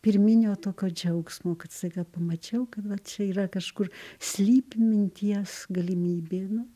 pirminio tokio džiaugsmo kad save pamačiau kad vat čia yra kažkur slypi minties galimybė nu